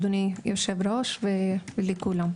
אדוני יושב-הראש, ולכולם.